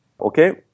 Okay